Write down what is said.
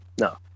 no